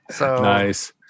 Nice